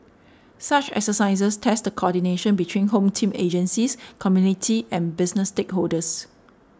such exercises test the coordination between Home Team agencies community and business stakeholders